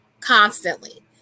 constantly